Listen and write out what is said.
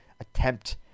attempt